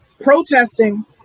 Protesting